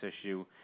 issue